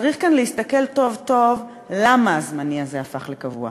צריך כאן להסתכל טוב טוב למה הזמני הזה הפך לקבוע.